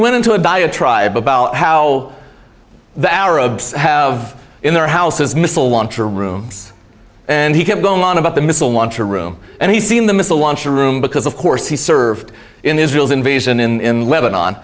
went into a diatribe about how the arabs have in their houses missile launcher rooms and he kept going on about the missile launcher room and he seen the missile launcher room because of course he served in israel's invasion in lebanon